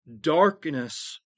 darkness